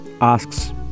asks